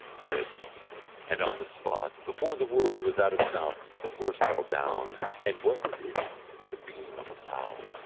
said he and on the spot, before the word was out of his mouth, the horse fell down, and what was in it but the beam of a plough,